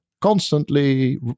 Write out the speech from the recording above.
constantly